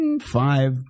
five